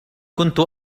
كنت